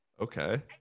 Okay